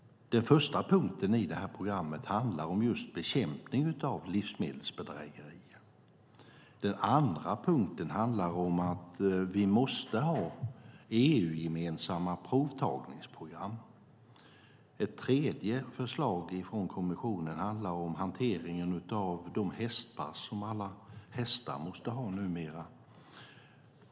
Den första punkten i det här programmet handlar om just bekämpning av livsmedelsbedrägerier. Den andra punkten handlar om att vi måste ha EU-gemensamma provtagningsprogram. Den tredje punkten är förslag från kommissionen som handlar om hanteringen av de hästpass som alla hästar måste ha numera.